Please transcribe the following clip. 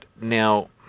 Now